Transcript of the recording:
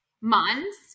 months